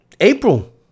april